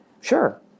Sure